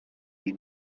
jej